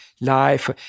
life